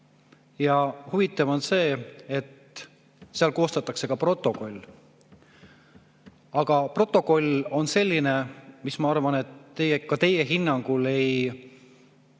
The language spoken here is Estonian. Ja huvitav on see, et siis koostatakse ka protokoll. Aga protokoll on selline, mis, ma arvan, ka teie hinnangul ei